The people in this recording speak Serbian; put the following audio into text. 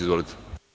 Izvolite.